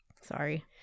Sorry